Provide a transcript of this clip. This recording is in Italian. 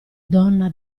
donna